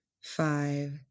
five